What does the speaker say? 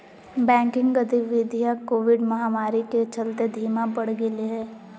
banking गतिवीधियां Covid महामारी के चलते धीमा पड़ गेले हें